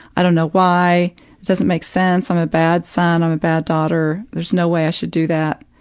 i don't know why, it doesn't make sense, i'm a bad son, i'm a bad daughter, there's no way i should do that,